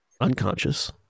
unconscious